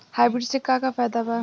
Hybrid से का का फायदा बा?